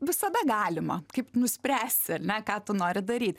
visada galima kaip nuspręsi ar ne ką tu nori daryt